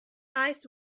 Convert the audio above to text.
eyes